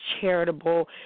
charitable